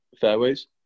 fairways